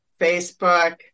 Facebook